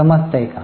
समजतय का